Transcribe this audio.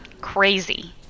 crazy